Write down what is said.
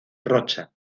rocha